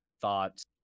thoughts